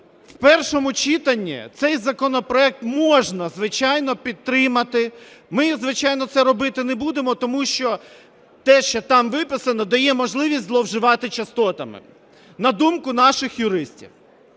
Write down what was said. в першому читанні цій законопроект можна, звичайно, підтримати. Ми, звичайно, це робити не будемо. Тому що те, що там виписано дає можливість зловживати частотами, на думку наших юристів.